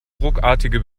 ruckartige